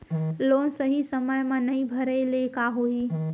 Loan सही समय मा नई भरे ले का होही?